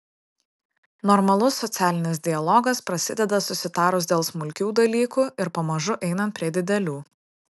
normalus socialinis dialogas prasideda susitarus dėl smulkių dalykų ir pamažu einant prie didelių